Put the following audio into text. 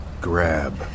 Grab